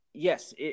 Yes